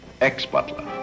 Ex-Butler